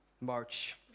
march